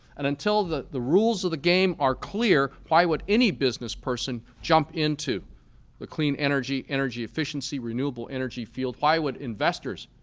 and until the the rules of the game are clear, why would any business person jump into the clean energy, energy efficiency, renewable energy field, why would investors